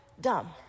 dumb